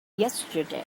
yesterday